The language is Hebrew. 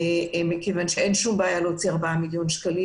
אין שום בעיה להוציא ארבעה מיליון שקלים.